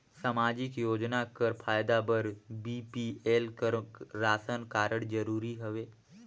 समाजिक योजना कर फायदा बर बी.पी.एल कर राशन कारड जरूरी हवे?